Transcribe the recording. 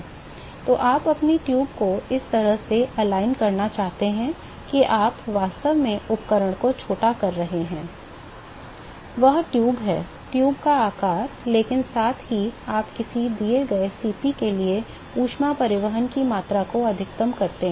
तो आप अपनी ट्यूब को इस तरह से संरेखित करना चाहते हैं कि आप वास्तव में उपकरण को छोटा कर रहे हैं वह ट्यूब है ट्यूब का आकार लेकिन साथ ही आप किसी दिए गए Cp के लिए ऊष्मा परिवहन की मात्रा को अधिकतम करते हैं